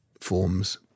forms